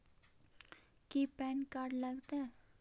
की PAN card लग तै?